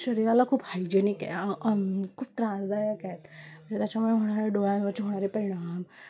शरीराला खूप हायजनिकाय खूप त्रासदायक आहेत म्हणजे त्याच्यामुळे होणारे डोळ्यांवरचे होणारे परिणाम